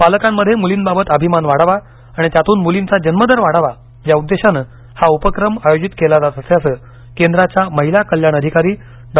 पालकांमध्ये मुलींबाबत अभिमान वाढावा आणि त्यातून मुलींचा जन्मदर वाढावा या उद्देशानं हा उपक्रम आयोजित केला जात असल्याचं केंद्राच्या महिला कल्याण अधिकारी डॉ